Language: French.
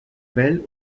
belle